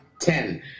ten